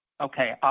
Okay